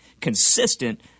consistent